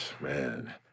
Man